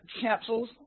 capsules